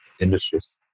industries